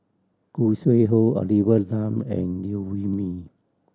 Khoo Sui Hoe Olivia Lum and Liew Wee Mee